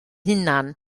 hunan